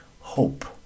hope